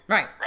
Right